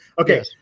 Okay